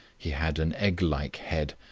he had an egglike head,